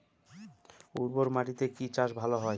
উর্বর মাটিতে কি চাষ ভালো হয়?